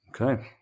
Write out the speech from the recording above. okay